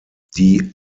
die